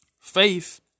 faith